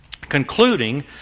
concluding